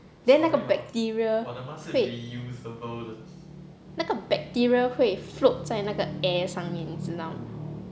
then 那个 bacteria 会那个 bacteria 会 float 在那个 air 上面你知道